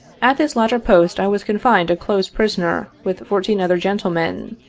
at this latter post i was confined a close prisoner, with fourteen other gentlemen,